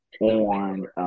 on